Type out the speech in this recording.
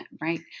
Right